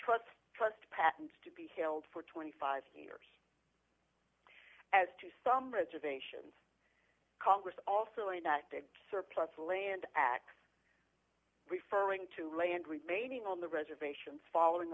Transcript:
trust patents to be held for twenty five years as to some reservations congress also inactive surplus land x referring to land remaining on the reservations following